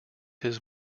his